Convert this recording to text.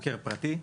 חוקר פרטי,